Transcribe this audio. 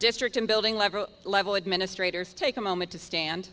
district in building lever level administrator take a moment to stand